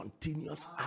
continuous